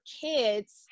kids